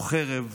או חרב ופגיון",